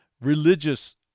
religious